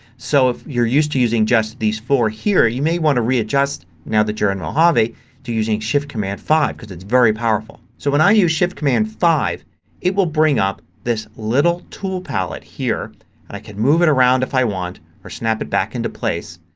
so if you're used to using just these four here you may want to readjust now that you're in mojave to using shift command five. it's very powerful. so when i use shift command five it will bring up this little tool pallet here and i can move it around if i want or snap it back into place.